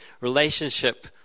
relationship